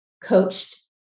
coached